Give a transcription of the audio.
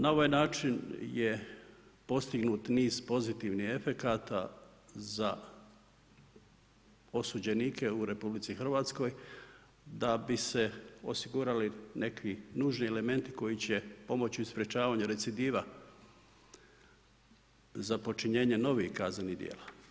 Na ovaj način je postignut niz pozitivnih efekata za osuđenike u RH da bi se osigurali neki nužni elementi koji će pomoći u sprečavanju recidiva za počinjenje novih kaznenih djela.